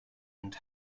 and